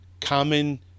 common